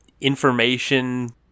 information